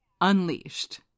Unleashed